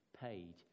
paid